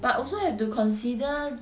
but also have to consider